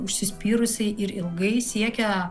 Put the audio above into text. užsispyrusiai ir ilgai siekia